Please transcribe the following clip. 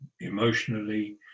emotionally